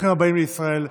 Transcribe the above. ברוכים הבאים לישראל.